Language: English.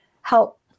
help